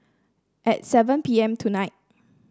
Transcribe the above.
at seven P M tonight